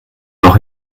noch